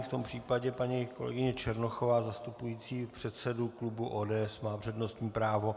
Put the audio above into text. V tom případě paní kolegyně Černochová zastupující předsedu klubu ODS má přednostní právo.